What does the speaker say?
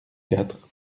quatre